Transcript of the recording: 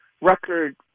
record